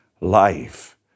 Life